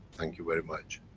thank you very much.